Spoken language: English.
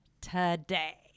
Today